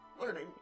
Learning